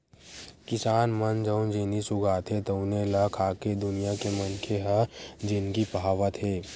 किसान मन जउन जिनिस उगाथे तउने ल खाके दुनिया के मनखे ह जिनगी पहावत हे